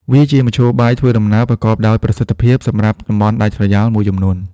វាជាមធ្យោបាយធ្វើដំណើរប្រកបដោយប្រសិទ្ធភាពសម្រាប់តំបន់ដាច់ស្រយាលមួយចំនួន។